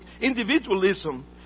individualism